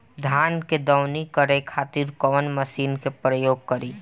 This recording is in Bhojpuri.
धान के दवनी करे खातिर कवन मशीन के प्रयोग करी?